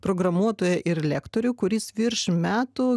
programuotoją ir lektorių kuris virš metų